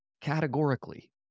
Categorically